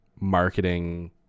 marketing